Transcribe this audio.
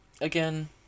again